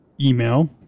email